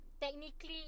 Technically